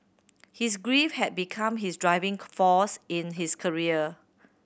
his grief had become his driving force in his career